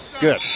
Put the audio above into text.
good